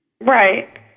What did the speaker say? Right